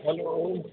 hello